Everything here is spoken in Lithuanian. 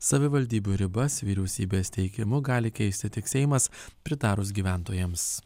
savivaldybių ribas vyriausybės teikimu gali keisti tik seimas pritarus gyventojams